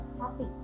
happy